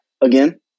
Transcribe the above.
again